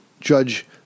Judge